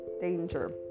danger